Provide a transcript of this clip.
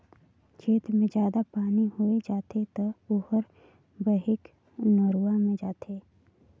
खेत मे जादा पानी होय जाथे त ओहर बहके नरूवा मे जाथे